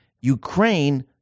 Ukraine